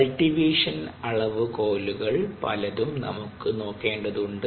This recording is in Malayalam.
കൾടിവേഷൻ അളവു കോലുകൾ പലതും നമുക്ക് നോക്കേണ്ടതുണ്ട്